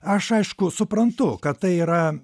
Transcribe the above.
aš aišku suprantu kad tai yra